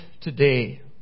today